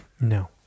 No